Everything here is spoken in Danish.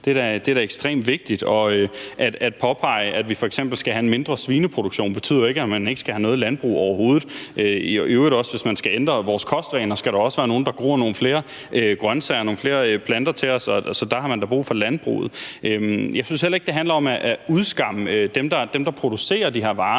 Det er da ekstremt vigtigt. At påpege, at vi f.eks. skal have en mindre svineproduktion, betyder jo ikke, at man ikke skal have noget landbrug overhovedet. Hvis man skal ændre vores kostvaner, skal der i øvrigt også være nogle, der dyrker nogle flere grønsager og nogle flere planter til os, så der har man da brug for landbruget. Jeg synes heller ikke, at det handler om at udskamme dem, der producerer de her varer.